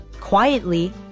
quietly